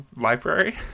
library